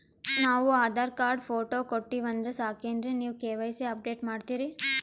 ನಾವು Aadhaar card, photo ಕೊಟ್ಟೀವಂದ್ರ ಸಾಕೇನ್ರಿ ನೀವ ಕೆ.ವೈ.ಸಿ ಅಪಡೇಟ ಮಾಡ್ತೀರಿ?